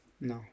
No